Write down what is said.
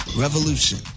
revolution